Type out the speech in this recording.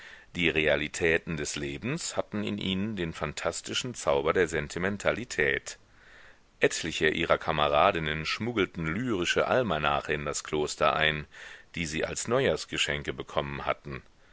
die realitäten des lebens hatten in ihnen den phantastischen zauber der sentimentalität etliche ihrer kameradinnen schmuggelten lyrische almanache in das kloster ein die sie als neujahrsgeschenke bekommen hatten